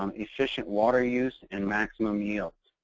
um efficient water use and maximum yields.